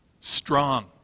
strong